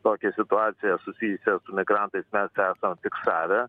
tokia situacija susijusią su migrantais mes esam fiksavę